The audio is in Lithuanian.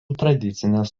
tradicinės